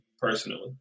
personally